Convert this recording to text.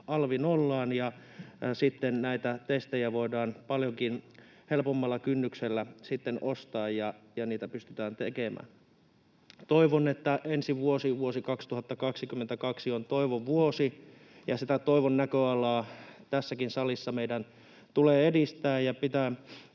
alvi nollaan. Sitten näitä testejä voidaan paljonkin helpommalla kynnyksellä ostaa ja niitä pystytään tekemään. Toivon, että ensi vuosi, vuosi 2022, on toivon vuosi, ja sitä toivon näköalaa meidän tulee tässäkin salissa edistää ja pitää